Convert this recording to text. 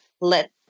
let